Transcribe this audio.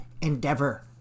endeavor